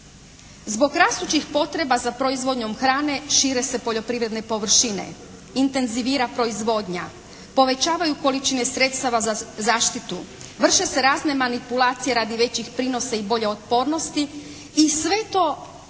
Zbog rastućih potreba za proizvodnjom hrane šire se poljoprivredne površine, intenzivira proizvodnja, povećavaju količine sredstava za zaštitu, vrše se razne manipulacije radi većih prinosa i bolje otpornosti i sve to neizbježno